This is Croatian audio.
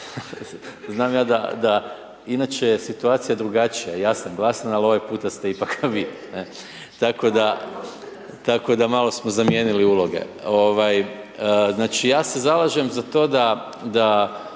Znam ja da inače, situacija je drugačija, ja sam glasan, ali ovaj puta sam ipak vi. Tako da malo smo zamijenili uloge. Znači ja se zalažem za to da